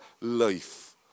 life